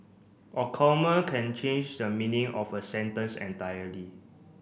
a comma can change the meaning of a sentence entirely